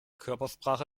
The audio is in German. körpersprache